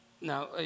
now